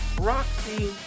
roxy